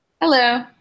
Hello